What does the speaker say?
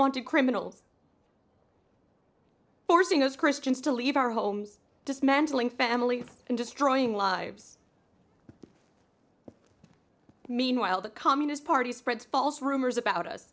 wanted criminals forcing those christians to leave our homes dismantling family and destroying lives meanwhile the communist party spread false rumors about us